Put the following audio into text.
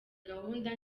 gahunda